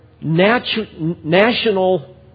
national